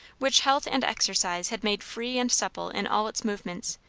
which health and exercise had made free and supple in all its movements,